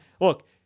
look